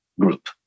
group